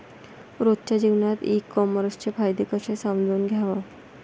रोजच्या जीवनात ई कामर्सचे फायदे कसे समजून घ्याव?